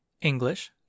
English